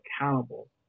accountable